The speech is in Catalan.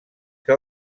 que